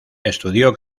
estudió